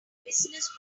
business